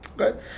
Okay